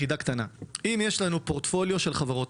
חידה קטנה: אם יש לנו פורטפוליו של חברות,